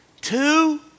Two